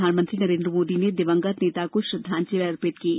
प्रधानमंत्री नरेन्द्र मोदी ने दिवंगत नेता को श्रद्धांजलि अर्पित की है